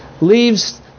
leaves